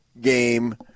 game